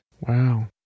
Wow